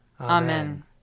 Amen